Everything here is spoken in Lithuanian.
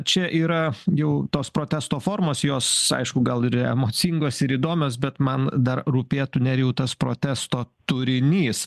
čia yra jau tos protesto formos jos aišku gal ir emocingos ir įdomios bet man dar rūpėtų nerijau tas protesto turinys